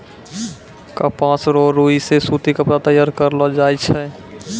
कपास रो रुई से सूती कपड़ा तैयार करलो जाय छै